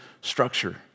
structure